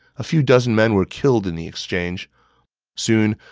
a few dozen men were killed in the exchange soon,